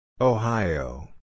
Ohio